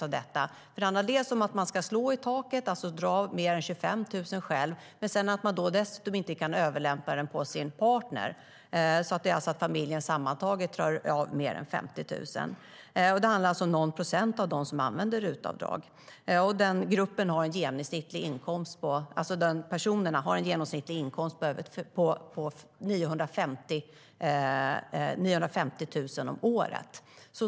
Man ska dels slå i taket, alltså dra av mer än 25 000 kronor själv, dels inte kunna överlämpa något på sin partner. Det är om familjen sammantaget drar av mer än 50 000. Det är någon procent av dem som utnyttjar RUT-avdrag. Personerna i den gruppen har en genomsnittlig inkomst på 950 000 om året.